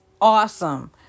Awesome